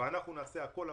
ואנחנו נעשה הכול,